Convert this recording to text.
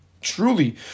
truly